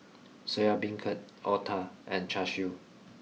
Soya Beancurd Otah and Char Siu